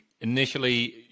initially